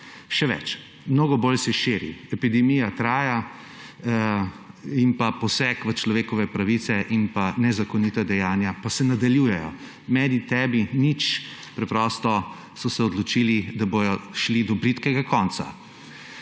Še več, mnogo bolj se širi. Epidemija traja, poseg v človekove pravice in nezakonita dejanja pa se nadaljujejo, meni nič, tebi nič. Preprosto so se odločili, da bodo šli do bridkega konca.